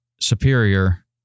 superior